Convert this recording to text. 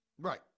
Right